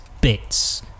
bits